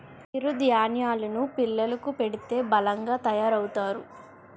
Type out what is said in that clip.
చిరు ధాన్యేలు ను పిల్లలకు పెడితే బలంగా తయారవుతారు